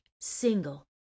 single